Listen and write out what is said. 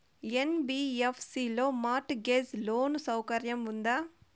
NBFC లో mortgage loan సౌకర్యం ఉందా?